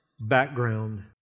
background